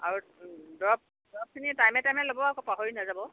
আৰু দৰৱ দৰৱখিনি টাইমে টাইমে ল'ব আকৌ পাহৰি নাযাব